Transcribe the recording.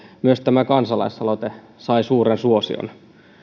myös tämä kansalaisaloite sai suuren suosion